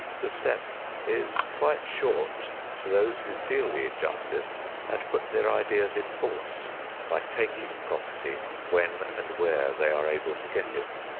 the step is quite short to those who feel the injustice and put their ideas in force by taking property when and where they are able to get it.